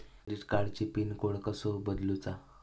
Credit कार्डची pin code कसो बदलुचा?